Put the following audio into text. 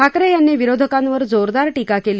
ठाकरे यांनी विरोधकांवर जोरदार टीका केली